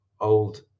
old